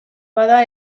bada